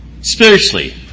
spiritually